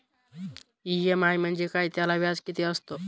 EMI म्हणजे काय? त्याला व्याज किती असतो?